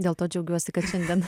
dėl to džiaugiuosi kad šiandien